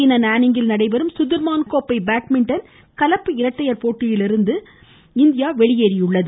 சீன நானிங்கில் நடைபெறும் சுதிர் கோப்பை பேட்மிட்டண் கலப்பு இரட்டையர் போட்டியிலிருந்து இந்தியா வெளியேறியது